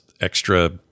extra